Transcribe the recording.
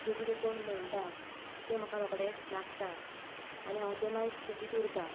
जें कितें कोण म्हणटा तें म्हाका रोखडेंच लागता आनी हांव तें मागीर चिंतीत उरतां